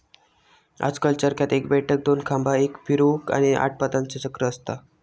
आजकल चरख्यात एक बैठक, दोन खांबा, एक फिरवूक, आणि आठ पातांचा चक्र असता